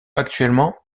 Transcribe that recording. actuellement